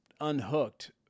unhooked